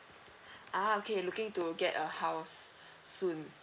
ah okay looking to get a house soon